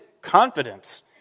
confidence